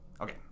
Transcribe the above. okay